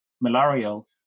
malarial